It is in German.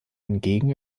hingegen